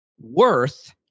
worth